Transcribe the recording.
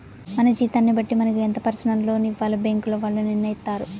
మన జీతాన్ని బట్టి మనకు ఎంత పర్సనల్ లోన్ ఇవ్వాలో బ్యేంకుల వాళ్ళు నిర్ణయిత్తారు